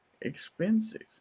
expensive